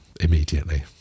immediately